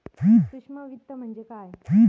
सूक्ष्म वित्त म्हणजे काय?